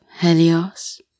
Helios